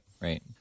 Right